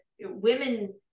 women